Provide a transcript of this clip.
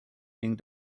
being